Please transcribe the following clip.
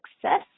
success